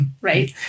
right